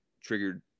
triggered